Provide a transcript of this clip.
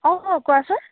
অঁ হয় কোৱাচোন